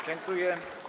Dziękuję.